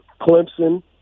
Clemson